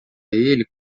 ele